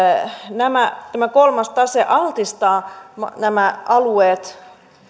tämä kolmas tase altistaa nämä alueet